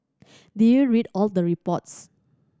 did you read all the reports